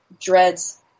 dreads